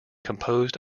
composed